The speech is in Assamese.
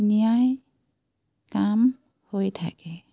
ন্যায় কাম হৈ থাকে